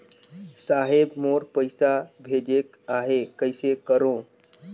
साहेब मोर पइसा भेजेक आहे, कइसे करो?